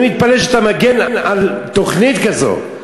אני מתפלא שאתה מגן על תוכנית כזו,